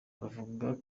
bavuga